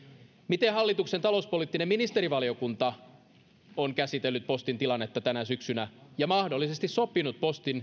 miten hallituksen talouspoliittinen ministerivaliokunta on käsitellyt postin tilannetta tänä syksynä ja mahdollisesti sopinut